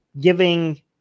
giving